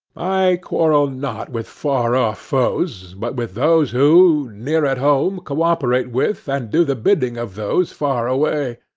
i quarrel not with far-off foes, but with those who, near at home, co-operate with, and do the bidding of, those far away,